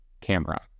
camera